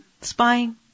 Spying